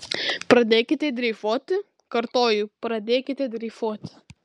pradėkite dreifuoti kartoju pradėkite dreifuoti